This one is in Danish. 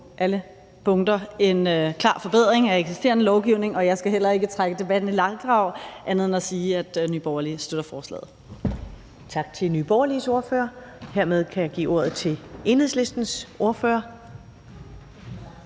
alle punkter en klar forbedring af eksisterende lovgivning, og jeg skal heller ikke trække debatten i langdrag andet end at sige, at Nye Borgerlige støtter forslaget. Kl. 11:23 Første næstformand (Karen Ellemann): Tak til Nye Borgerliges ordfører. Hermed kan jeg give ordet til Enhedslistens ordfører,